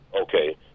okay